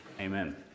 Amen